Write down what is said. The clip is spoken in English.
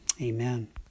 Amen